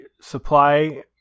supply